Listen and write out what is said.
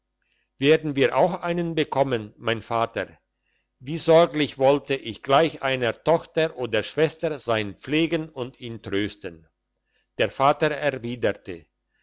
werden wir auch einen bekommen mein vater wie sorglich wollte ich gleich einer tochter oder schwester sein pflegen und ihn trösten der vater erwiderte